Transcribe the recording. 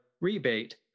rebate